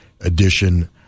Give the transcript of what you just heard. edition